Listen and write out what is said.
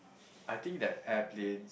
I think that airplane